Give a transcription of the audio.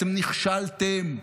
אתם נכשלתם.